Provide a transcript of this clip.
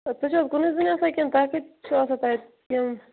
تُہۍ چھُو حظ کُنٕے زوٚن آسن کِنۍ تُہۍ سۭتۍ چھُ آسن